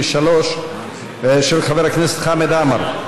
איפה שולי?